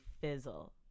fizzle